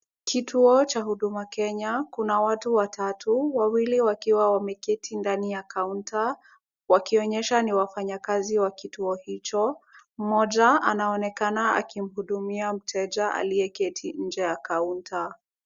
Kituo cha Huduma Kenya kuna watu watatu, wawili wakiwa wameketi ndani ya kaunta wakionyesha ni wafanyakazi wa kituo hicho. Mmoja anaonekana akimhudumia mteja aliyeketi nje ya kaunta.